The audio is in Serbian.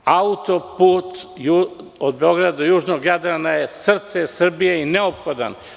Autoput od Beograda južnog Jadrana je srce Srbije i neophodan.